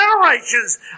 generations